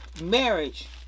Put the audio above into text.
marriage